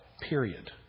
Period